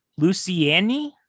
Luciani